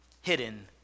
hidden